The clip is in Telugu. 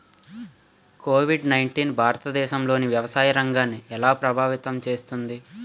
కోవిడ్ నైన్టీన్ భారతదేశంలోని వ్యవసాయ రంగాన్ని ఎలా ప్రభావితం చేస్తుంది?